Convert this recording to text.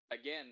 again